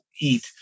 eat